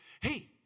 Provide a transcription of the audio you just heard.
hey